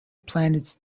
planets